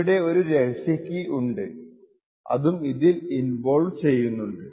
ഇവിടെ ഒരു രഹസ്യ കീ ഉണ്ട് അതും ഇതിൽ ഇൻവോൾവ് ചെയ്യുന്നുണ്ട്